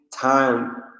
time